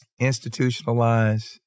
institutionalized